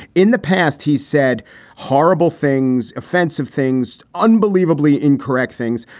in the past, he said horrible things, offensive things, unbelievably incorrect things.